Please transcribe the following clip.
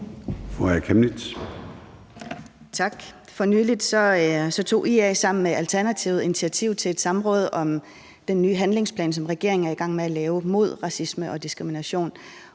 For nylig tog IA sammen med Alternativet initiativ til et samråd om den nye handlingsplan, som regeringen er i gang med at lave, imod racisme og diskrimination,